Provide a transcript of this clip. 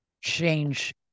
change